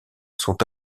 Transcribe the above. sont